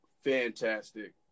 fantastic